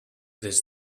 this